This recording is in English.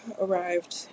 arrived